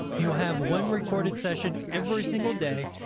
you'll have one recorded session every single day.